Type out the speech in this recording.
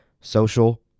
Social